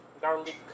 garlic